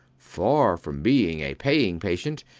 far from being a paying patient,